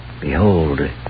Behold